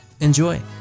enjoy